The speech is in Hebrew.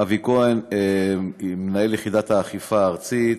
אבי כהן, מנהל יחידת האכיפה הארצית,